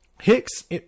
Hicks